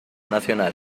nacional